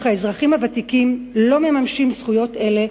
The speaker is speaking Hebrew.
אך האזרחים הוותיקים לא מממשים זכויות אלה,